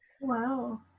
Wow